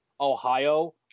Ohio